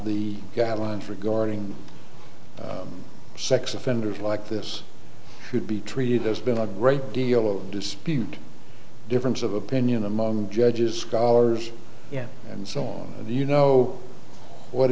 the guidelines regarding sex offenders like this should be treated there's been a great deal of dispute difference of opinion among judges scholars and so on you know what